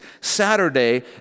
Saturday